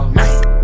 night